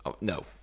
no